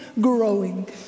growing